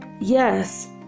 Yes